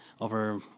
Over